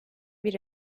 bir